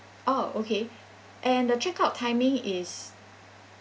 oh okay and the check-out timing is